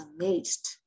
amazed